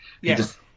yes